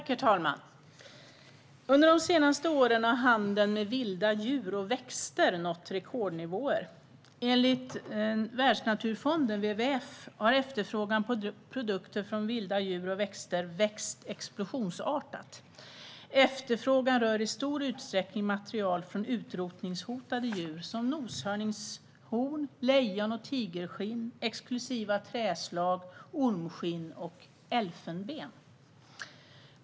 Herr talman! Under de senaste åren har handeln med vilda djur och växter nått rekordnivåer. Enligt Världsnaturfonden, WWF, har efterfrågan på produkter från vilda djur och växter växt explosionsartat. Efterfrågan rör i stor utsträckning material från utrotningshotade djur som noshörningshorn, lejon och tigerskinn, exklusiva träslag, ormskinn och elfenben.